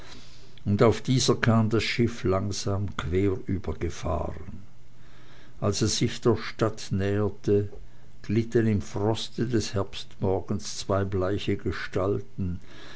und auf dieser kam das schliff langsam überquer gefahren als es sich der stadt näherte glitten im froste des herbstmorgens zwei bleiche gestalten